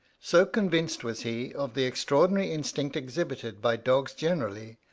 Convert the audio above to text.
so convinced was he of the extraordinary instinct exhibited by dogs generally,